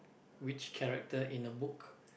which character in a book